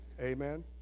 Amen